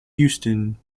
houston